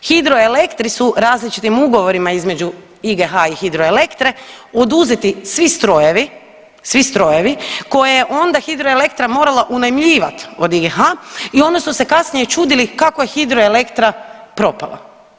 Hidroelektri su različitim ugovorima između IGH i Hidroelektre oduzeti svi strojevi, svi strojevi koje je onda Hidroelektra morala unajmljivati od IGH i onda su se kasnije čudili kako je Hidroelektra propala.